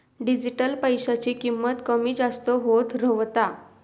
digital पैशाची किंमत कमी जास्त होत रव्हता